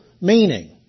meaning